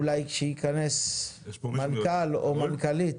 אולי כשייכנס מנכ"ל או מנכ"לית.